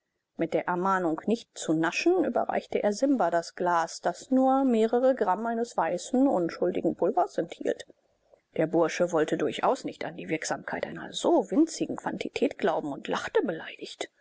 mit der ermahnung nicht zu naschen überreichte er simba das glas das nur mehrere gramm eines weißen unschuldigen pulvers enthielt der bursche wollte durchaus nicht an die wirksamkeit einer so winzigen quantität glauben und lachte beleidigt